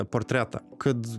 portretą kad